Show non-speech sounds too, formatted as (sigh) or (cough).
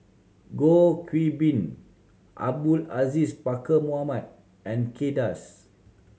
Goh (unintelligible) Bin Abdul Aziz Pakkeer Mohamed and Kay Das